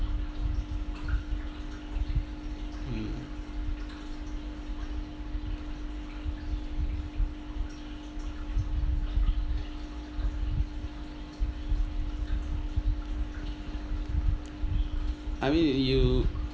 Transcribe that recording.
mm I mean you